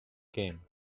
came